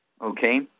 okay